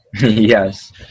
Yes